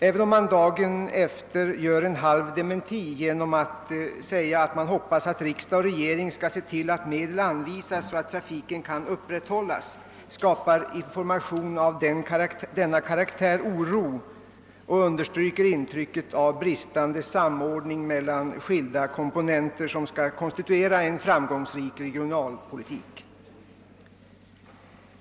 Även om man dagen efteråt gör en halv dementi genom att säga att man hoppas att riksdag och regering skall se till att medel anvisas, så att trafiken kan upprätthållas, skapar information av denna karaktär oro och understryker intrycket av bristande samordning mellan de skilda komponenter som skall konstituera en framgångsrik regionalpolitik.